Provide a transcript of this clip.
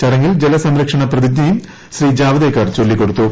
ചടങ്ങിൽ ജലസംരക്ഷണ പ്രതിജ്ഞയും ശ്രീ ജാവ്ദേക്കർ ചൊല്ലിക്കൊടുത്തു